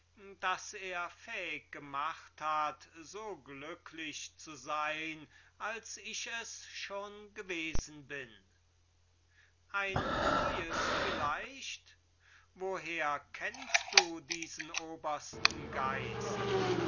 das er fähig gemacht hat so glücklich zu sein als ich es schon gewesen bin hippias ein neues vielleicht woher kennst du diesen obersten geist